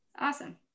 Awesome